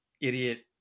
idiot